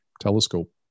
telescope